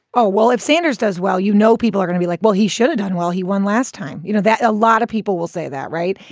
oh, well, if sanders does well, you know, people are going to be like, well, he should've done well. he won last time. you know that a lot of people will say that. right.